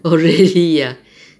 oh really ah